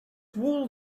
wool